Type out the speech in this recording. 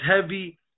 heavy